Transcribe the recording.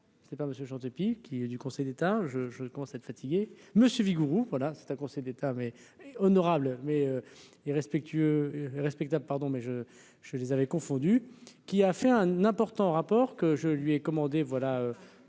c'est pas monsieur, qui est du Conseil d'État, je, je commence à être fatigué, monsieur Vigouroux, voilà, c'est un conseil d'État mais honorable mais et respectueux et respectable, pardon, mais je, je les avais confondu, qui a fait un important rapport que je lui ai commandé voilà